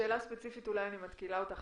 שאלה ספציפית אולי אני מתקילה אותך,